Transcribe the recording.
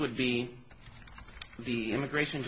would be the immigration